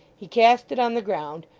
he cast it on the ground,